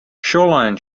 shoreline